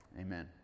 Amen